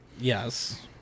yes